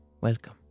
Welcome